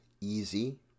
easy